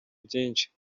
byinshi